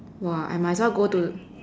!wah! I might as well go to